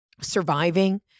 surviving